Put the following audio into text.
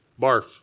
barf